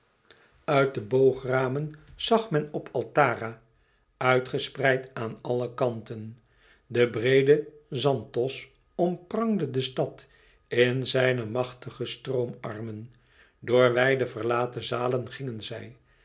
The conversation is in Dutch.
uit de boogramen zag men op altara uitgespreid aan alle kanten de breede zanthos omprangde de stad in zijne machtige stroomarmen door wijde verlaten zalen gingen zij